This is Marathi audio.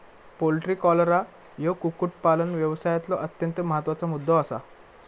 पोल्ट्री कॉलरा ह्यो कुक्कुटपालन व्यवसायातलो अत्यंत महत्त्वाचा मुद्दो आसा